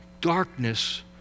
darkness